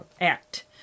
act